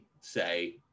say